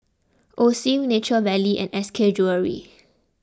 Osim Nature Valley and S K Jewellery